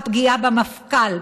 הפגיעה במפכ"ל,